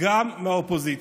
גם מהאופוזיציה.